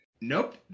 Nope